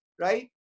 right